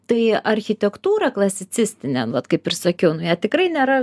tai architektūrą klasicistinę vat kaip ir sakiau ją tikrai nėra